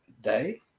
day